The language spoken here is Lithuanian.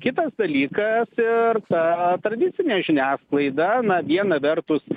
kitas dalykas ir ta tradicinė žiniasklaida na viena vertus